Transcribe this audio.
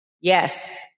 Yes